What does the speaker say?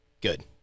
good